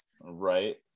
Right